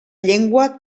llengua